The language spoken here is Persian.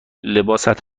لباست